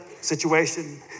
situation